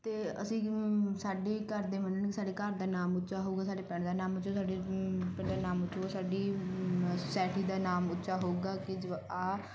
ਅਤੇ ਅਸੀਂ ਸਾਡੇ ਘਰ ਦੇ ਮੰਨਣਗੇ ਸਾਡੇ ਘਰ ਦਾ ਨਾਮ ਉੱਚਾ ਹੋਊਗਾ ਸਾਡੇ ਪਿੰਡ ਦਾ ਨਾਮ ਉੱਚਾ ਹੋਊਗਾ ਸਾਡੇ ਪਿੰਡ ਦਾ ਨਾਮ ਉੱਚਾ ਹੋਊਗਾ ਸਾਡੀ ਸੋਸਾਇਟੀ ਦਾ ਨਾਮ ਉੱਚਾ ਹੋਊਗਾ ਕਿ ਜਵਾਕ ਆਹ